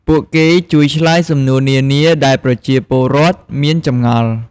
ពួកគេជួយឆ្លើយសំណួរនានា ដែលប្រជាពលរដ្ឋមានចម្ងល់។